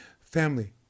family